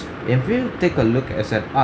if you take a look at as an art